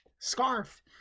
scarf